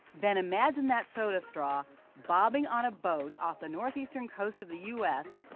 then imagine that soda straw bobbing on a boat off the northeastern coast of the u. s.